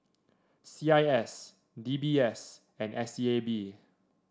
C I S D B S and S E A B